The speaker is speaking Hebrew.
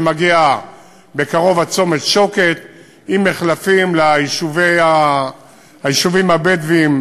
שמגיע בקרוב עד צומת שוקת עם מחלפים ליישובים הבדואיים,